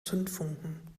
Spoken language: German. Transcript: zündfunken